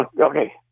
Okay